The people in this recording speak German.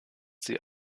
sie